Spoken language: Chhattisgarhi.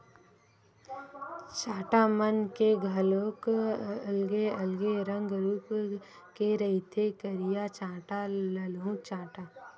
चाटा मन के घलोक अलगे अलगे रंग रुप के रहिथे करिया चाटा, ललहूँ चाटा